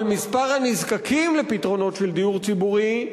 אבל מספר הנזקקים לפתרונות של דיור ציבורי,